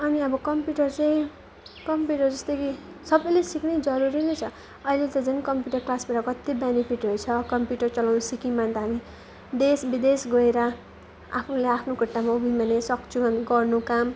अनि अब कम्प्युटर चाहिँ कम्प्युटर जस्तै कि सबैले सिक्ने जरुरी नै छ अहिले त झन् कम्प्युटर क्लासबाट कति बेनिफिटहरू छ कम्प्युटर चलाउनु सिक्यौँ भने त हामी देश विदेश गएर आफूले आफ्नो खुट्टामा उभियौँ भने सक्छौँ हामी गर्नु काम